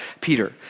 Peter